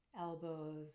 elbows